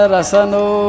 Rasano